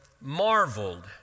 marveled